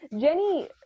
Jenny